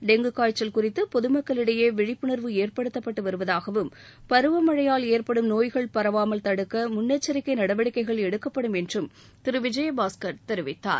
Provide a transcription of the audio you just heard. dengue காய்ச்சல் குறித்து பொது மக்களிடையே விழிப்புணர்வு ஏற்படுத்தப்பட்டு வருவதாகவும் பருவ மழையால் ஏற்படும் நோய்கள் பரவாமல் தடுக்க முன்னெச்சரிக்கை நடவடிக்கைகள் எடுக்கப்படும் என்றும் திரு விஜயபாஸ்கர் தெரிவித்தார்